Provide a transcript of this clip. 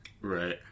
Right